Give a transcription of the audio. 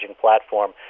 platform